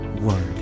word